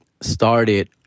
started